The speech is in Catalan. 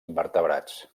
invertebrats